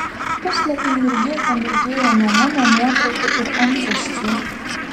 puslapiai mirgėte mirgėjo nuo mano nuotraukų ir antraščių